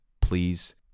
please